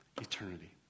eternity